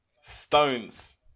Stones